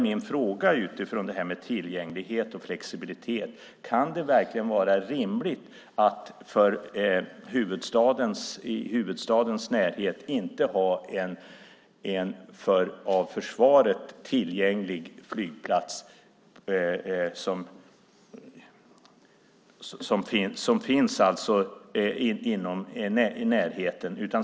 Min fråga utifrån det här med tillgänglighet och flexibilitet är: Kan det verkligen vara rimligt att inte ha en för Försvaret tillgänglig flygplats i huvudstadens närhet?